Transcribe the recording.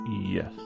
Yes